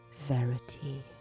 Verity